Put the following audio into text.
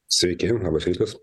sveiki labas rytas